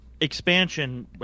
expansion